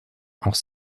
auch